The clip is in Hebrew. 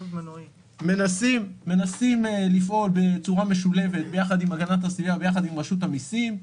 ומנסים לפעול בצורה משולבת יחד עם הגנת הסביבה ורשות המסים.